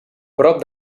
prop